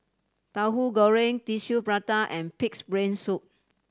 Tahu Goreng Tissue Prata and Pig's Brain Soup